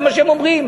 זה מה שהם אומרים,